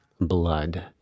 blood